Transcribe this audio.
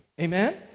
Amen